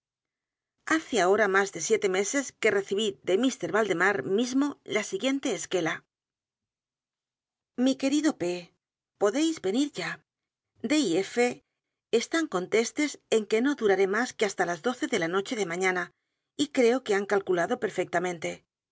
hace ahora más de siete meses que recibí de mr valdemar mismo la siguiente esquela mi querido p podéis venir ya d y f están contestes en que no duraré más que hasta los doce de la noche de mañana y creo que han calculado